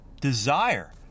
desire